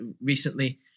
recently